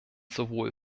sowohl